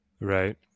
Right